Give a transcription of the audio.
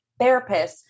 therapists